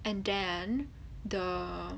and then the